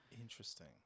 Interesting